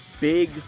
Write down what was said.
big